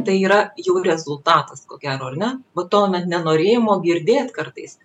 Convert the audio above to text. tai yra jau rezultatas ko gero ar ne vat to na nenorėjimo girdėt kartais